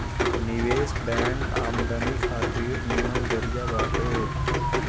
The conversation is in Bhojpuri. निवेश बैंक आमदनी खातिर निमन जरिया बाटे